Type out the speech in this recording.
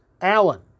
Allen